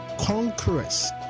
conquerors